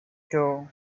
two